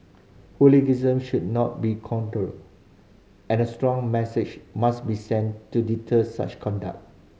hooliganism should not be condoned and a strong message must be sent to deter such conduct